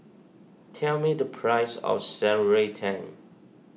tell me the price of Shan Rui Tang